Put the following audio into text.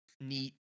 neat